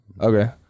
Okay